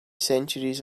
centuries